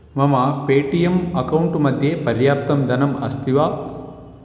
मम Paytm account मध्ये पर्याप्तं धनम् अस्ति वा